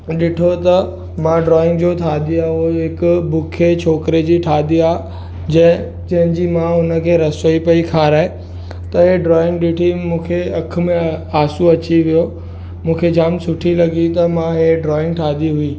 ॾिठो त मां ड्राइंग जो ठाही आहे हू हिकु बुखिए छोकिरे जी ठाही आहे जंहिं जंहिंजी माउ हुन खे रसोई पई खाराए त ही ड्राइंग ॾिठी मूंखे अखि में आंसू अची वियो मूंखे जामु सुठी लॻी त मां ही ड्राइंग ठाही हुई